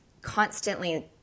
constantly